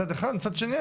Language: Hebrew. מצד שני,